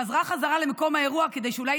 חזרה בחזרה למקום האירוע כדי שאולי היא